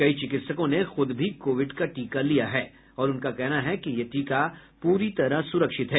कई चिकित्सकों ने खुद भी कोविड का टीका लिया है और उनका कहना है कि यह टीका पूरी तरह सुरक्षित है